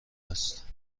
هست